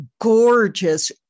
gorgeous